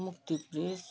Mukti bridge